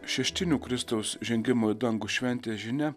šeštinių kristaus žengimo į dangų šventės žinia